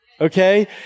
Okay